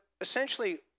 essentially